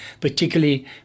particularly